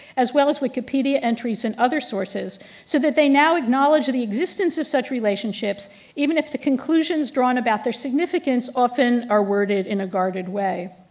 as well as wikipedia entries and other sources so that they now acknowledge the existence of such relationships even if the conclusions drawn about their significance often are worded in a guarded way.